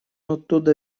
оттуда